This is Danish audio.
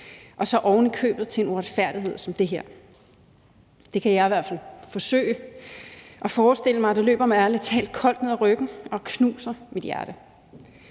og så ovenikøbet ved en uretfærdighed som det her. Det kan jeg i hvert fald forsøge at forestille mig. Det løber mig ærlig talt koldt ned ad ryggen, og det knuser mit hjerte.